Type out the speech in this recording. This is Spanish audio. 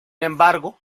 embargo